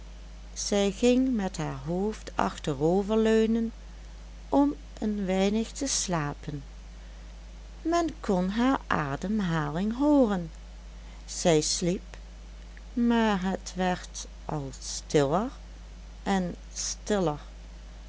zij ging met haar hoofd achterover leunen om een weinig te slapen men kon haar ademhaling hooren zij sliep maar het werd al stiller en stiller